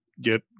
get